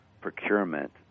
procurement